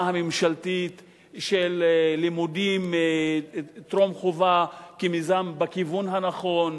הממשלתית של לימודי טרום-חובה כמיזם בכיוון הנכון.